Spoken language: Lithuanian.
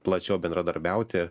plačiau bendradarbiauti